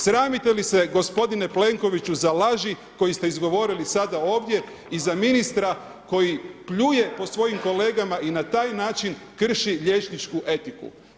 Sramite li se, gospodine Plenkoviću za laži koje ste izgovorili sada ovdje i za ministra koji pljuje po svojim kolegama i na taj način krši liječničku etiku?